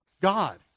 God